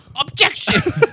objection